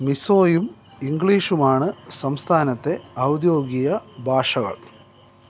മിസോയും ഇംഗ്ലീഷുമാണ് സംസ്ഥാനത്തെ ഔദ്യോഗിക ഭാഷകൾ